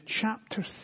chapter